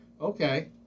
Okay